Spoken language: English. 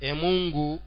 Emungu